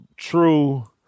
True